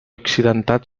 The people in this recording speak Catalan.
accidentat